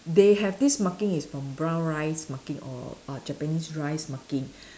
they have this marking is for brown rice marking or or Japanese rice marking